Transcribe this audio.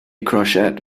crotchet